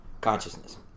Consciousness